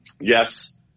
yes